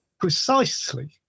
precisely